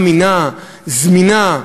אמינה, זמינה,